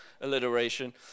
alliteration